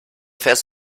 fährst